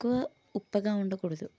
ఎక్కువ ఉప్పగా ఉండకూడదు